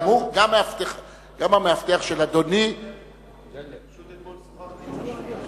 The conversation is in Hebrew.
פשוט אתמול שוחחתי עם ראש העיר.